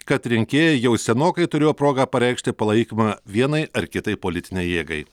kad rinkėjai jau senokai turėjo progą pareikšti palaikymą vienai ar kitai politinei jėgai